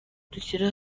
dushyira